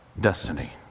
destiny